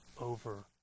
over